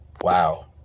Wow